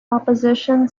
opposition